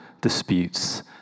disputes